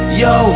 yo